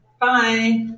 Bye